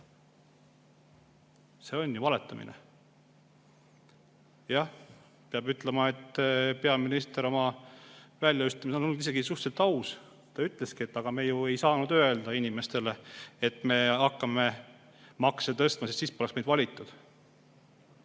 See on ju valetamine. Jah, peab ütlema, et peaminister oma väljaütlemistes on olnud isegi suhteliselt aus. Ta ütleski, et aga me ju ei saanud öelda inimestele, et me hakkame makse tõstma, sest siis poleks meid valitud.